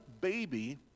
baby